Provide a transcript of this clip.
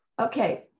Okay